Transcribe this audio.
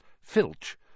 Filch